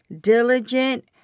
diligent